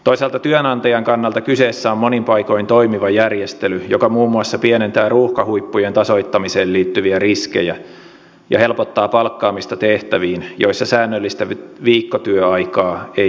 toisaalta työnantajan kannalta kyseessä on monin paikoin toimiva järjestely joka muun muassa pienentää ruuhkahuippujen tasoittamiseen liittyviä riskejä ja helpottaa palkkaamista tehtäviin joissa säännöllistä viikkotyöaikaa ei ole